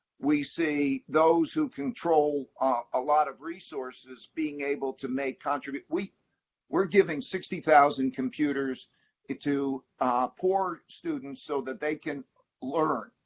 we see those who control a lot of resources being able to make contributions. we're we're giving sixty thousand computers to to poor students, so that they can learn.